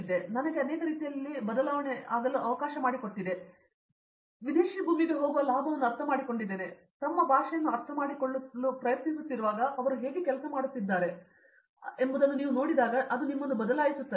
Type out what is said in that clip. ಆದ್ದರಿಂದ ಅದು ನನಗೆ ಅನೇಕ ರೀತಿಯಲ್ಲಿ ಬದಲಿಸಲು ಅವಕಾಶ ಮಾಡಿಕೊಟ್ಟಿದೆ ನೀವು ವಿದೇಶಿ ಭೂಮಿಗೆ ಹೋಗುವ ಲಾಭವನ್ನು ಅರ್ಥಮಾಡಿಕೊಳ್ಳಲು ತಮ್ಮ ಭಾಷೆಯನ್ನು ಅರ್ಥಮಾಡಿಕೊಳ್ಳಲು ಪ್ರಯತ್ನಿಸುತ್ತಿರುವಾಗ ಅವರು ಹೇಗೆ ಕೆಲಸ ಮಾಡುತ್ತಿದ್ದಾರೆ ಎಂಬುದನ್ನು ನೋಡಿದರೆ ಅದು ನಿಮ್ಮನ್ನು ಬದಲಾಯಿಸುತ್ತದೆ